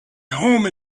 home